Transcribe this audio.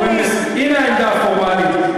הנה העמדה הפורמלית,